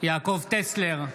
יעקב טסלר,